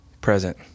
present